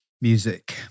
Music